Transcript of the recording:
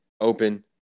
open